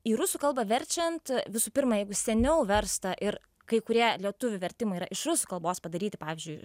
į rusų kalbą verčiant visų pirma jeigu seniau versta ir kai kurie lietuvių vertimai yra iš rusų kalbos padaryti pavyzdžiui